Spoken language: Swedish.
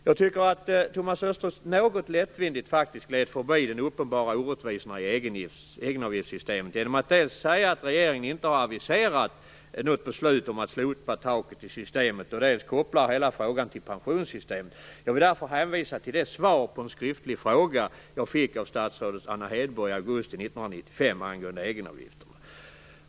Jag tycker faktiskt att Thomas Östros något lättvindigt gled förbi de uppenbara orättvisorna i egenavgiftssystemet genom att dels säga att regeringen inte har aviserat något beslut om att slopa taket i systemet, dels koppla hela frågan till pensionssystemet. Jag vill därför hänvisa till det svar på en skriftlig fråga som jag fick av statsrådet Anna Hedborg i augusti 1995 angående egenavgifterna.